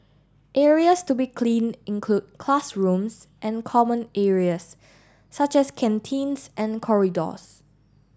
areas to be cleaned include classrooms and common areas such as canteens and corridors